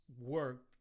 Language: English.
work